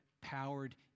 powered